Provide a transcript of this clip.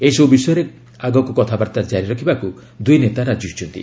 ଏହିସବୁ ବିଷୟରେ ଆଗୁକୁ କଥାବାର୍ତ୍ତା ଜାରି ରଖିବାକୁ ଦୁଇ ନେତା ରାଜି ହୋଇଛନ୍ତି